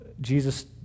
Jesus